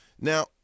Now